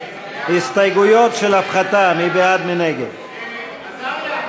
ההסתייגויות לסעיף 35, הוועדה לאנרגיה אטומית,